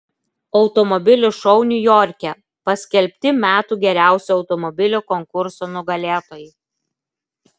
automobilių šou niujorke paskelbti metų geriausio automobilio konkurso nugalėtojai